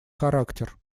характер